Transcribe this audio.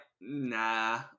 Nah